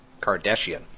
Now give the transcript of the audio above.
Kardashian